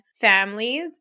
families